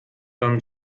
dann